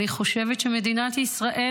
אני חושבת שמדינת ישראל